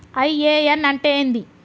UAN అంటే ఏంది?